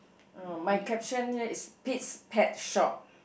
my caption here is Pit's pet shape